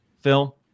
Phil